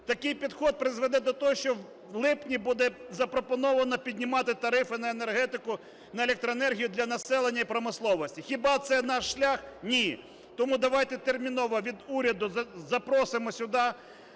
Такий підхід призведе до того, що в липні буде запропоновано піднімати тарифи на енергетику, на електроенергію для населення і промисловості. Хіба це наш шлях? Ні. Тому давайте терміново від уряду запросимо сюди